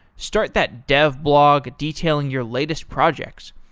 start that dev blog detailing your latest projects.